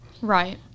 Right